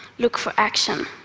look for action.